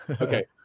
Okay